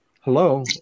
Hello